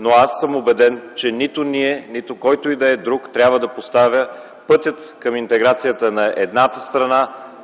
но аз съм убеден, че нито ние, нито който и да е друг, трябва да поставя пътят към интеграцията на едната страна